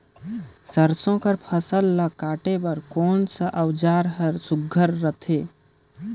सरसो कर फसल ला काटे बर कोन कस औजार हर सुघ्घर रथे?